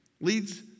leads